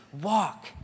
walk